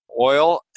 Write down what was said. oil